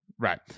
right